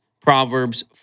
Proverbs